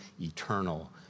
eternal